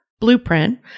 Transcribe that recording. blueprint